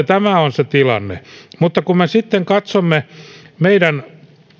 tämä on se tilanne mutta kun me sitten katsomme meidän